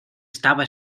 estaba